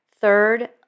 Third